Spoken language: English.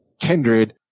Kindred